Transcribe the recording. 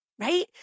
right